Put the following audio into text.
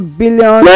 billion